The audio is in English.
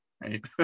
right